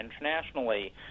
internationally